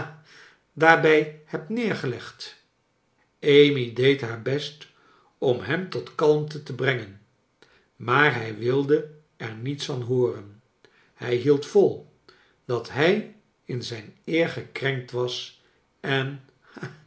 daarbij heb neergelegd amy deed haar best om hem tot kalmte te brengen maar hij wilde er niets van hooren hij hield vol y dat hij in zijn eer gekrenkt was en